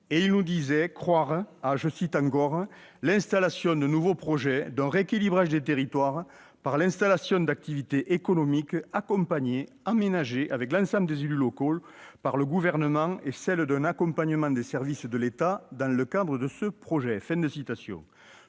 » Il nous disait croire à « l'installation de nouveaux projets », à un « rééquilibrage des territoires, par l'installation d'activités économiques, accompagnées, aménagées avec l'ensemble des élus locaux par le Gouvernement » et « un accompagnement des services de l'État dans le cadre de ce projet ».